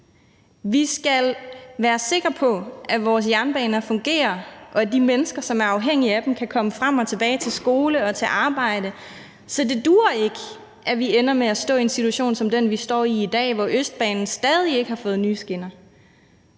Vi skal være sikre på, at vores jernbaner fungerer, og at de mennesker, som er afhængige af dem, kan komme frem og tilbage til skole og til arbejde. Så det duer ikke, at vi ender med at stå i en situation, som den vi står i i dag, hvor Østbanen stadig ikke har fået nye skinner.